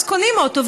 אז קונים אוטו,